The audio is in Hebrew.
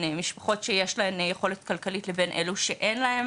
משפחות שיש להם יכולת כלכלית לבין אלו שאין להם